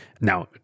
Now